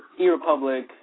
eRepublic